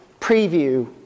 preview